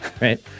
right